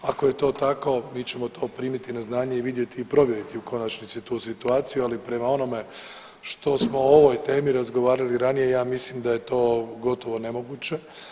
Ako je to tako mi ćemo to primiti na znanje i vidjeti i provjeriti u konačnici tu situaciju, ali prema onome što smo o ovoj temi razgovarali ranije ja mislim da je to gotovo nemoguće.